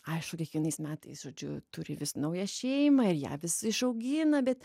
aišu kiekvienais metais žodžiu turi vis naują šeimą ir ją vis išaugina bet